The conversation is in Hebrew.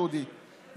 דודי,